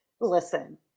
Listen